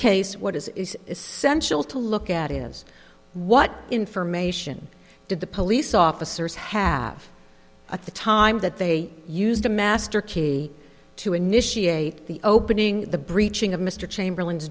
case what is essential to look at is what information did the police officers have at the time that they used a master key to initiate the opening the breaching of mr chamberlain